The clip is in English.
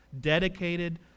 dedicated